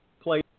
play